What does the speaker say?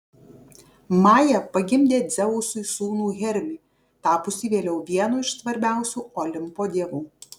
maja pagimdė dzeusui sūnų hermį tapusį vėliau vienu iš svarbiausių olimpo dievų